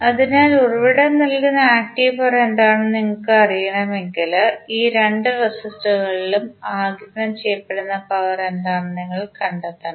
അതിനാൽ ഉറവിടം നൽകുന്ന ആക്റ്റീവ് പവർ എന്താണെന്ന് നിങ്ങൾക്ക് അറിയണമെങ്കിൽ ഈ രണ്ട് റെസിസ്റ്ററുകളിൽ ഉം ആഗിരണം ചെയ്യപ്പെടുന്ന പവർ എന്താണെന്ന് നിങ്ങൾ കണ്ടെത്തണം